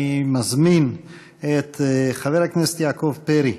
אני מזמין את חבר הכנסת יעקב פרי,